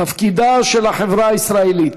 תפקידה של החברה הישראלית